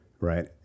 right